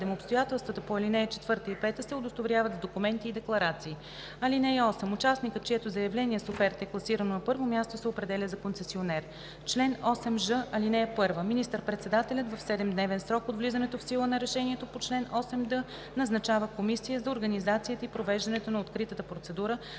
(7) Обстоятелствата по ал. 4 и 5 се удостоверяват с документи и декларации. (8) Участникът, чието заявление с оферта е класирано на първо място, се определя за концесионер. Чл. 8ж. (1) Министър-председателят в 7-дневен срок от влизането в сила на решението по чл. 8д назначава комисия за организацията и провеждането на откритата процедура,